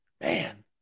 Man